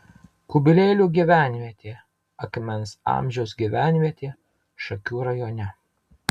kubilėlių gyvenvietė akmens amžiaus gyvenvietė šakių rajone